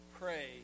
Pray